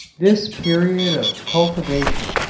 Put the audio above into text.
this period of cultivation,